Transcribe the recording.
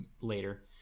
later